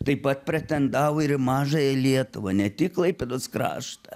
taip pat pretendavo ir į mažąją lietuvą ne tik klaipėdos kraštą